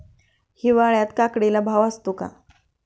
हिवाळ्यात काकडीला भाव असतो का?